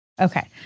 Okay